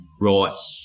right